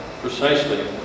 precisely